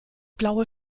blaue